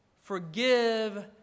Forgive